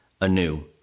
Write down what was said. anew